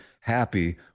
happy